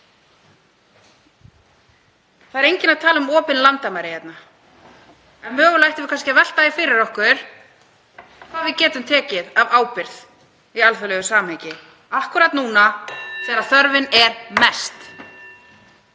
Það er enginn að tala um opin landamæri hérna. En mögulega ættum við að velta því fyrir okkur hvað við getum tekið af ábyrgð í alþjóðlegu samhengi akkúrat núna þegar þörfin er mest.